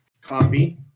coffee